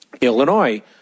Illinois